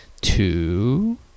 Two